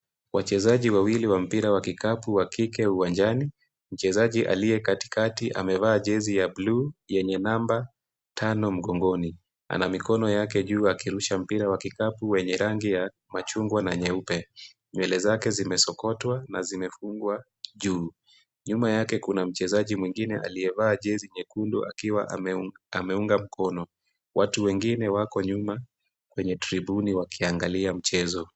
Wachezaji wawili wa mpira wa kikapu wa kike uwanjani, mchezaji aliye katikati amevaa jezi ya bluu yenye namba tano mgongoni. Ana mikono yake juu akirusha mpira wa kikapu wenye rangi ya machungwa na nyeupe. Nywele zake zimesokotwa na zimefungwa juu. Nyuma yake kuna mchezaji mwingine aliyevaa jezi nyekundu akiwa ameunga mkono. Watu wengine wako nyuma kwenye tribuni wakiangalia mchezo.